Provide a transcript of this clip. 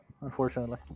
Unfortunately